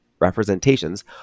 representations